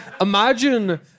imagine